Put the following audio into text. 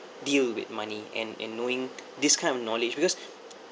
deal with money and and knowing this kind of knowledge because